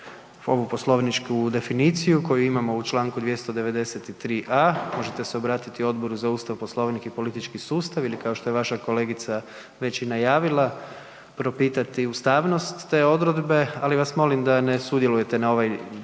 ovu poslovničku definiciju koju imamo u čl. 293.a možete se obratiti Odboru za Ustav, Poslovnik i politički sustav ili kao što je vaša kolegica već i najavila, propitati ustavnost te odredbe, ali vas molim da ne sudjelujete na ovaj